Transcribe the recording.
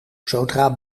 zodra